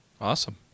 Awesome